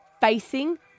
facing